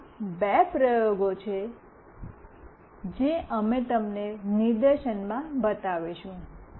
આ બે પ્રયોગો છે જે અમે તમને નિદર્શનમાં બતાવીશું